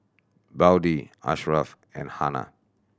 Budi Ashraf and Hana